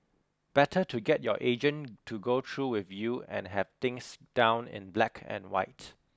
better to get your agent to go through with you and have things down in black and white